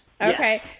okay